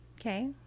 Okay